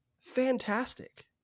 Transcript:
fantastic